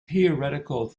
theoretical